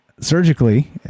surgically